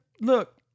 look